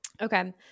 Okay